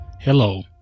Hello